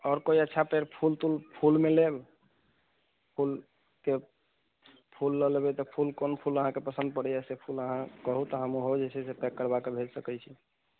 आओर कोइ अच्छा पेड़ फूल तूल फूलमे लेब फूलके फूल लऽ लेबै तऽ फूल कोन फूल अहाँके पसंद पड़ैया से फूल अहाँ कहू तऽ हम ओहो जे छै से पैक करबाके भेज सकैत छी